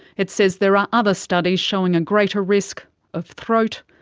it says there are other studies showing a greater risk of throat,